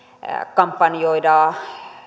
kampanjoida